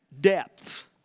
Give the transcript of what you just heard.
depth